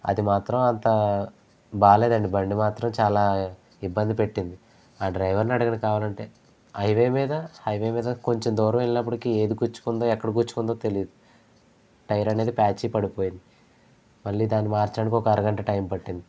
అది మాత్రం అంతా బాలేదండి బండి మాత్రం చాలా ఇబ్బంది పెట్టింది ఆ డ్రైవర్ ని అడగండి కావాలంటే హైవే మీద హైవే మీద కొంచెం దూరం వెళ్ళినప్పటికీ ఏది గుచ్చుకుందో ఎక్కడ గుచ్చుకుందో తెలీదు టైర్ అనేది ప్యాచ్ పడిపోయింది మళ్ళీ దాన్ని మార్చడానికి ఒక అరగంట టైం పట్టింది